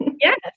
Yes